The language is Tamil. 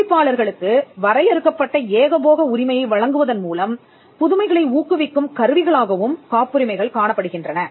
கண்டுபிடிப்பாளர்ககளுக்கு வரையறுக்கப்பட்ட ஏகபோக உரிமையை வழங்குவதன் மூலம் புதுமைகளை ஊக்குவிக்கும் கருவிகளாகவும் காப்புரிமைகள் காணப்படுகின்றன